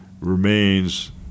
remains